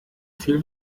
viel